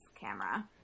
camera